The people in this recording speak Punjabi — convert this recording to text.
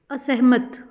ਅਸਹਿਮਤ